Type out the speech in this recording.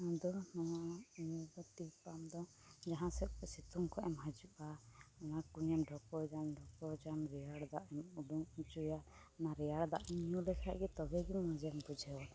ᱟᱢᱫᱚ ᱱᱤᱭᱟᱹ ᱛᱤ ᱯᱟᱢᱫᱚ ᱡᱟᱦᱟᱸᱥᱮᱫ ᱠᱷᱚᱡ ᱥᱤᱛᱩᱝ ᱠᱷᱚᱱᱮᱢ ᱦᱤᱡᱩᱜᱼᱟ ᱚᱱᱟ ᱠᱩᱸᱧᱮᱢ ᱰᱷᱮᱠᱚᱡᱟᱢ ᱰᱷᱮᱠᱚᱡᱟᱢ ᱨᱮᱭᱟᱲ ᱫᱟᱜ ᱮᱢ ᱩᱰᱩᱠ ᱚᱪᱚᱭᱟ ᱚᱱᱟ ᱨᱮᱭᱟᱲ ᱫᱟᱜ ᱮᱢ ᱧᱩ ᱞᱮᱠᱷᱟᱡᱜᱮ ᱛᱚᱵᱮᱜᱮ ᱢᱚᱡᱮᱢ ᱵᱩᱡᱷᱟᱹᱣᱟ